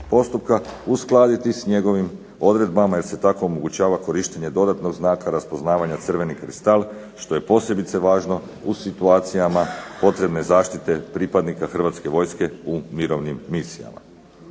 postupka uskladiti s njegovim odredbama, jer se tako omogućava korištenje dodatnog znaka raspoznavanja Crveni kristal što je posebice važno u situacijama potrebne zaštite pripadnika Hrvatske vojske u mirovnim misijama.